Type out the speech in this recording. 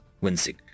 wincing